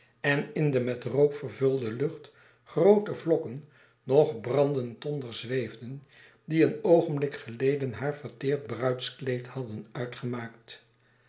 en in de met rook vervulde lucht groote vldkken nog brandend tonder zweefden die een oogenblik geleden haar ver teerd bruidskleed hadden uitgemaakt